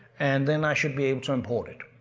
and then i should be able to import it.